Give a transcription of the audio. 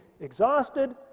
exhausted